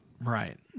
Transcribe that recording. right